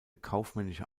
kaufmännische